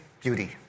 beauty